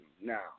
now